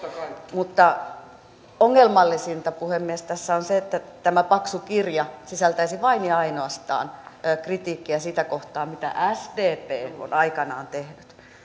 mutta ongelmallisinta puhemies tässä on se että tämä paksu kirja sisältäisi vain ja ainoastaan kritiikkiä sitä kohtaan mitä sdp on aikanaan tehnyt